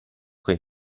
coi